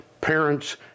Parents